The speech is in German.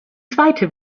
zweite